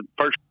first